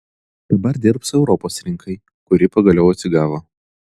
dabar dirbs europos rinkai kuri pagaliau atsigavo